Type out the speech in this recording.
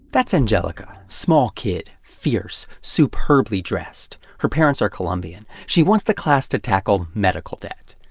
that's angelica. small kid. fierce. superbly-dressed. her parents are colombian. she wants the class to tackle medical debt.